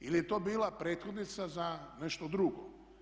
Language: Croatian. Ili je to bila prethodnica za nešto drugo.